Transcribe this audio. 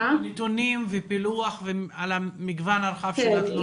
נתונים ופילוח על המגוון הרחב של התלונות.